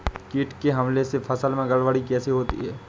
कीट के हमले से फसल में गड़बड़ी कैसे होती है?